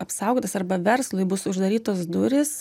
apsaugotas arba verslui bus uždarytos durys